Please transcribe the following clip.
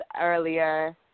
earlier